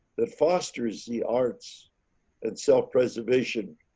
that fosters the arts and self preservation